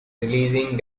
releasing